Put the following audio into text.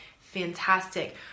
fantastic